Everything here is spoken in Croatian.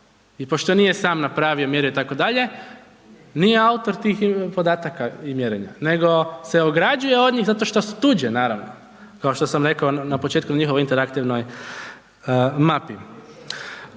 i pošto nije sam napravio mjere itd., nije autor tih podataka i mjerenja nego se ograđuje od njih, zato što su tuđe, naravno, kao što sam rekao na početku njihove interaktivnoj mapi.